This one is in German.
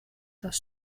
das